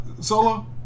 Solo